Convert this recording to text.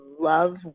love